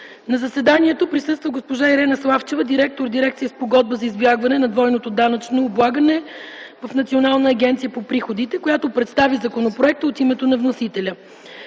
На заседанието присъства госпожа Искра Славчева – директор дирекция „Спогодба за избягване на двойното данъчно облагане” в Национална агенция по приходите, която представи законопроекта от името на вносителя.